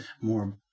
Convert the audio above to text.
more